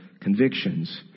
Convictions